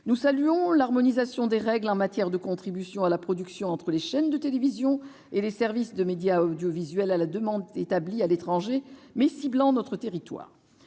nous saluons l'harmonisation des règles en matière de contribution à la production entre les chaînes de télévision et les services de médias audiovisuels à la demande établis à l'étranger mais ciblant notre territoire.